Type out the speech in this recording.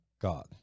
God